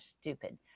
stupid